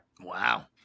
Wow